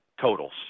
totals